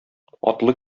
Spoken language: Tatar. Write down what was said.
атлы